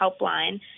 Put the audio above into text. helpline